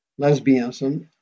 lesbianism